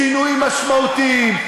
שינויים משמעותיים.